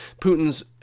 Putin's